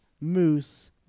moose